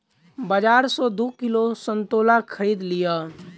बाजार सॅ दू किलो संतोला खरीद लिअ